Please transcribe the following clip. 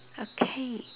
okay